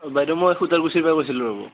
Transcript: বাইদেউ মই সুতালকুচিৰ পৰা কৈছিলোঁ ৰ'ব